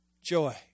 joy